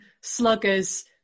sluggers